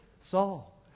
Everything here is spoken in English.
Saul